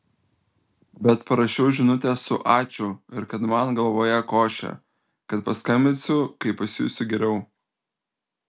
bet parašiau žinutę su ačiū ir kad man galvoje košė kad paskambinsiu kai pasijusiu geriau